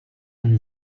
une